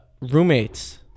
roommates